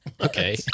okay